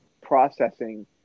processing